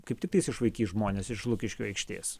kaip tiktais išvaikys žmones iš lukiškių aikštės